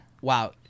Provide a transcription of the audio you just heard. Wow